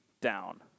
down